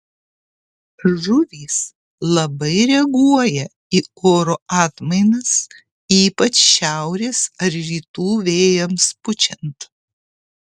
žuvys labai reaguoja į oro atmainas ypač šiaurės ar rytų vėjams pučiant